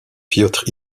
piotr